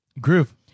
Groove